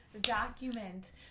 document